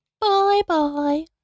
Bye-bye